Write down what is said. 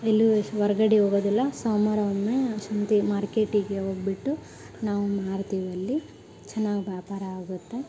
ಎಲ್ಲೂ ಹೊರ್ಗಡೆ ಹೋಗೋದಿಲ್ಲ ಸೋಮವಾರ ಒಮ್ಮೆ ಸಂತೆ ಮಾರ್ಕೆಟಿಗೆ ಹೋಗ್ಬಿಟ್ಟು ನಾವು ಮಾರ್ತೀವಲ್ಲಿ ಚೆನ್ನಾಗ್ ವ್ಯಾಪಾರ ಆಗುತ್ತೆ